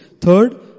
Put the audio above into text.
Third